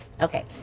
Okay